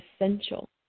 essential